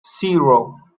zero